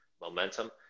momentum